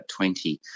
20